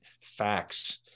facts